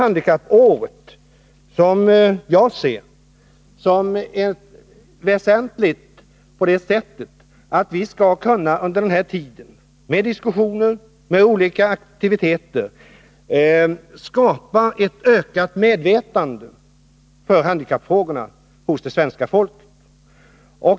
Handikappåret ser jag som väsentligt för att vi under den här tiden med diskussioner och olika aktiviteter skall kunna skapa ett ökat medvetande orh handikappfrågorna hos det svenska folket.